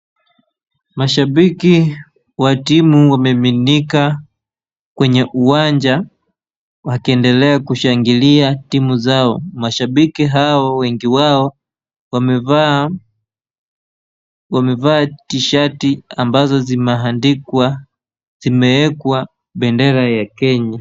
Mashabiki wa timu wamemimika kwenye uwanja wakiendelea kushangilia timu zao. Mashabiki hao wengi wao wamevaa T-shati ambazo zimeandikwa, zimeekwa bendera ya Kenya.